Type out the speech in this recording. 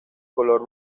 color